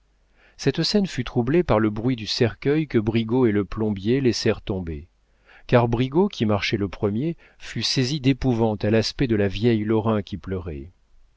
cette scène fut troublée par le bruit du cercueil que brigaut et le plombier laissèrent tomber car brigaut qui marchait le premier fut saisi d'épouvante à l'aspect de la vieille mère lorrain qui pleurait